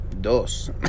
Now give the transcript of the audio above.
Dos